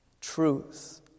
truth